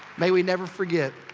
may we never forget.